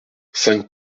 cinq